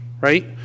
right